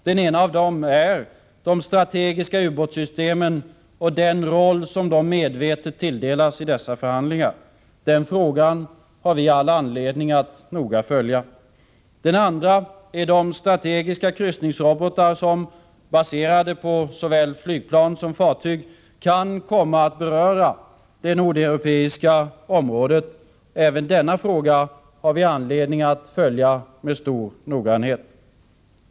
Den ena av dem är de strategiska ubåtssystemen och den roll de medvetet tilldelas i dessa förhandlingar. Den frågan har vi all anledning att noga följa. Den andra är de strategiska kryssningsrobotar som, baserade på såväl flygplan som fartyg, kan komma att beröra det nordeuropeiska området. Även denna fråga har vi anledning att följa med stor noggrannhet.